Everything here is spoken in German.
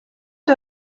der